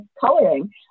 coloring